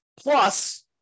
Plus